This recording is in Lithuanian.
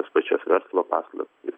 tas pačias verslo paslaptis